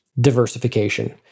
diversification